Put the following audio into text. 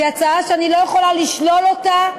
והיא הצעה שאני לא יכולה לשלול אותה,